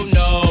no